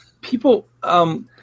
People